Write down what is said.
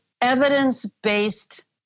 evidence-based